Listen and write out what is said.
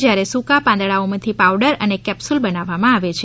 જ્યારે સૂકા પાંદડાઓમાંથી પાવડર અને કેપ્સુલ બનાવવા આવે છે